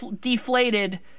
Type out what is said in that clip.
deflated